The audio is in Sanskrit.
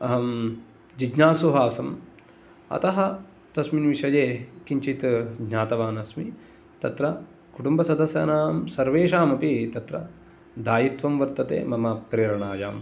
अहं जिज्ञासुः आसम् अतः तस्मिन् विषये किञ्चित् ज्ञातवान् अस्मि तत्र कुटुम्बसदस्यानां सर्वेषामपि तत्र दायित्वं वर्तते मम प्रेरणायाम्